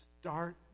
Start